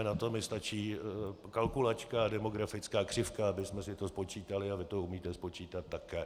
Na to mi stačí kalkulačka a demografická křivka, abychom si to spočítali, a vy to umíte spočítat také.